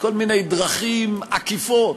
כל מיני דרכים עקיפות.